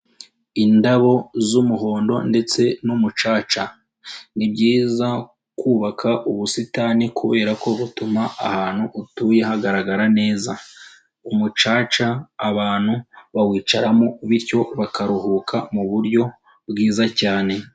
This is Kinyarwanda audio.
Indabo z'umuhondo ndetse n'umucaca, ni byiza kubaka ubusitani kubera ko butuma ahantu utuye hagaragarara neza, umucaca abantu bawicaramo bityo bakaruhuka mu buryo bwiza cyane.